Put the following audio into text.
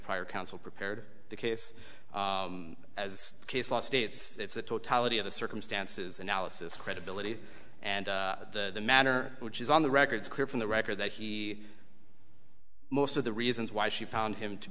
prior counsel prepared the case as case law states the totality of the circumstances analysis credibility and the matter which is on the record is clear from the record that he most of the reasons why she found him to